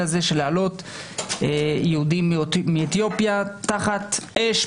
הזה של העלאת יהודים מאתיופיה תחת אש,